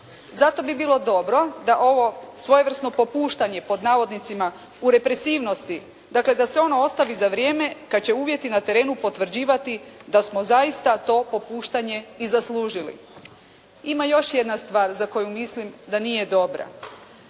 Zato bi bilo dobro da ovo svojevrsno popuštanje pod navodnicima u respresivnosti dakle, da se ono ostavi za vrijeme kada će uvjeti na terenu potvrđivati da smo zaista to popuštanje i zaslužili. Ima još jedna stvar za koju mislim da nije dobra.